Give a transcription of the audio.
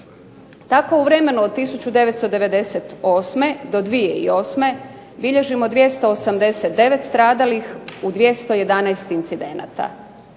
Tako u vremenu od 1998. do 2008. bilježimo 289 stradalih u 211 incidenata.